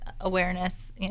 awareness